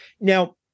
Now